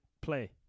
play